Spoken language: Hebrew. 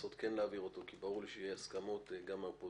לנסות כן להעביר אותו כי ברור לי שיהיו הסכמות גם באופוזיציה